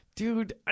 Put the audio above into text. Dude